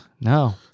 No